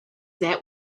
that